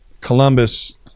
Columbus